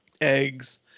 eggs